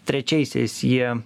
trečiaisiais jie